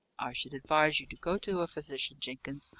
i should advise you to go to a physician, jenkins.